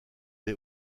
des